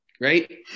Right